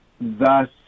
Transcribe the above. thus